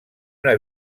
una